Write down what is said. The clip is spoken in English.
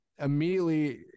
immediately